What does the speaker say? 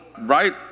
right